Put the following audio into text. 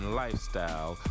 lifestyle